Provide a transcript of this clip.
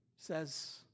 says